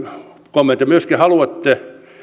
kommentin myöskin haluatte